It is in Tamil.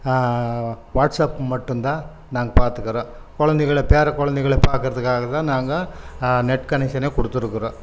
வாட்ஸப் மட்டும்தான் நாங்கள் பார்த்துக்குறோம் குழந்தைகள பேர குழந்தைகள பார்க்கறதுக்காகதான் நாங்கள் நெட் கனெக்ஷனே கொடுத்துருக்குறோம்